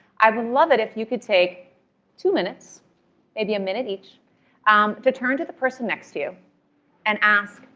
i would love it if you could take two minutes maybe a minute each um to turn to the person next to you and ask,